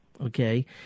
okay